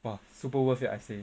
!wah! super worth it I say